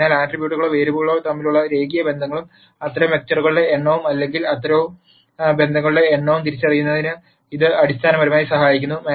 അതിനാൽ ആട്രിബ്യൂട്ടുകളോ വേരിയബിളുകളോ തമ്മിലുള്ള രേഖീയ ബന്ധങ്ങളും അത്തരം വെക്റ്ററുകളുടെ എണ്ണവും അല്ലെങ്കിൽ അത്തരം ബന്ധങ്ങളുടെ എണ്ണവും തിരിച്ചറിയുന്നതിന് ഇത് അടിസ്ഥാനപരമായി സഹായിക്കുന്നു